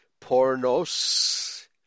Pornos